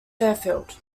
fairfield